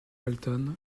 walton